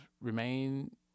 remain